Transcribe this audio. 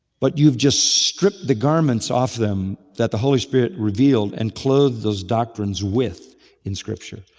but you've just stripped the garments off them that the holy spirit revealed and clothed those doctrines with in scripture.